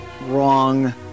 wrong